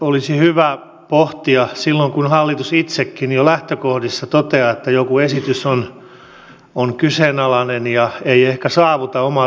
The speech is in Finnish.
olisi hyvä pohtia asiaa silloin kun hallitus itsekin jo lähtökohdissa toteaa että joku esitys on kyseenalainen ja ei ehkä saavuta omaa tavoitettaan